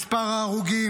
את מספר ההרוגים.